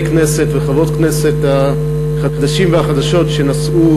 הכנסת וחברות הכנסת החדשים והחדשות שנשאו